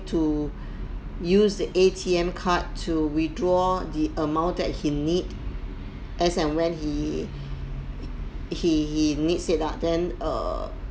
to use the A_T_M card to withdraw the amount that he need as an when he he needs it lah then err